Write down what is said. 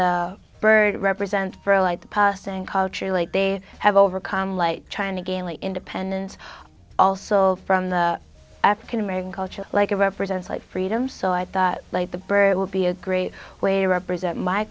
the bird represents for a light passing culture like they have overcome like trying to gain the independence also from the african american culture like it represents like freedom so i thought like the bird will be a great way to represent my